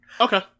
Okay